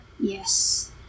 Yes